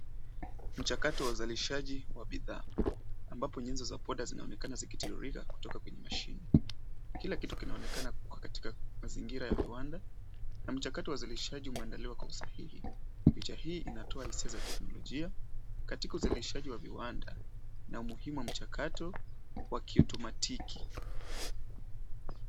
Mchakato wa uzalishaji wa bidhaa ambapo nyuzi za poda zinaonekana zikitiririka kutoka kwenye mashini . Kila kitu kinaonekana kuwa katika mazingira ya viwanda, na mchakato wa uzalishaji umeandaliwa kwa usahihi. Picha hii inatoa hisia za teknolojia katika uzalishaji wa viwanda na umuhimu wa mchakato wa kiotomatiki .